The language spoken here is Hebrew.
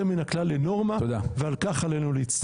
מן הכלל לנורמה ועל כך עלינו להצטער.